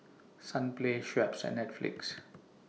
Sunplay Schweppes and Netflix